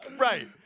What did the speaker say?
Right